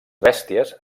bèsties